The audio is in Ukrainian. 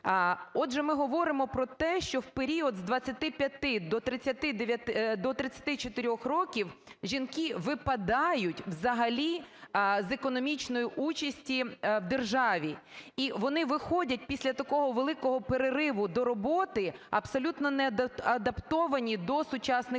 Отже, ми говоримо про те, що в період з 25 до 39… до 34 років жінки випадають взагалі з економічної участі в державі, і вони виходять після такого великого перериву до роботи абсолютно неадаптовані до сучасних умов.